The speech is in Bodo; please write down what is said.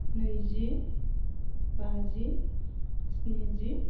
नैजि बाजि स्निजि